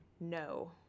No